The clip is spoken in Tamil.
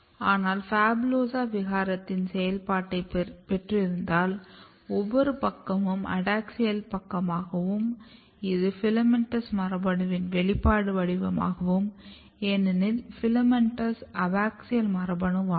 ஆனால் PHABULOSA விகாரத்தின் செயல்பாட்டைப் பெற்றிருந்தால் ஒவ்வொரு பக்கமும் அடாக்ஸியல் பக்கமாகும் இது FILAMENTOUS மரபணுவின் வெளிப்பாடு வடிவமாகும் ஏனெனில் FILAMENTOUS அபாக்சியல் மரபணுவாகும்